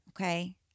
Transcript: okay